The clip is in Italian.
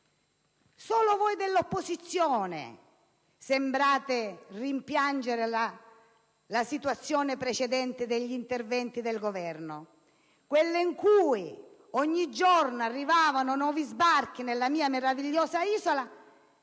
Solo voi dell'opposizione sembrate rimpiangere la situazione precedente agli interventi del Governo, quella in cui ogni giorno avvenivano nuovi sbarchi nella mia meravigliosa isola;